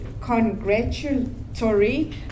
congratulatory